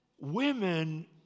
women